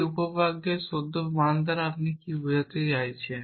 একটি উপ বাক্যের সত্য মান দ্বারা আপনি কী বোঝাচ্ছেন